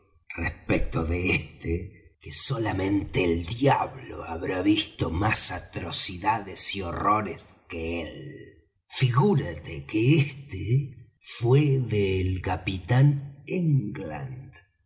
respecto de este que solamente el diablo habrá visto más atrocidades y horrores que él figúrate que éste fué del capitán england